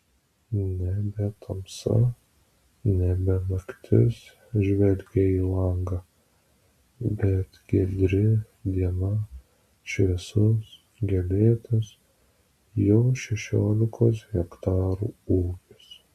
nebe tamsa nebe naktis žvelgė į langą bet giedri diena šviesus gėlėtas jo šešiolikos hektarų ūkis